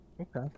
okay